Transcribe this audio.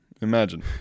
Imagine